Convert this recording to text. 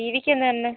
T വിക്ക് എന്തായിരുന്നു